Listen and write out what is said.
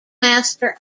master